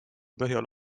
põhjal